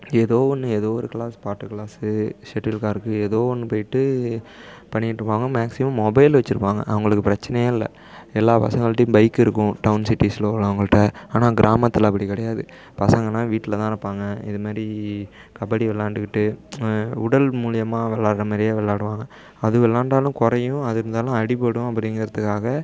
ஏதோ ஒன்று ஏதோ ஒரு கிளாஸ் பாட்டு கிளாஸு செட்டில்கார்க்கு ஏதோ ஒன்று போயிட்டு பண்ணிட்டுருப்பாங்க மேக்சிமம் மொபைல் வச்சுருப்பாங்க அவங்களுக்கு பிரச்சினையே இல்லை எல்லா பசங்கள்கிட்டையும் பைக் இருக்கும் டவுன் சிட்டிஸில் உள்ளவங்கள்ட்ட ஆனால் கிராமத்தில் அப்படி கிடையாது பசங்கனா வீட்டில் தான் இருப்பாங்க இதுமாதிரி கபடி விளாண்டுக்கிட்டு உடல் மூலிமாக விளாடுற மாதிரியே விளாடுவாங்க அது விளாண்டாலும் குறையும் அது இருந்தாலும் அடிப்படும் அப்படிங்கிறதுக்காக